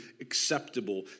acceptable